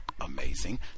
Amazing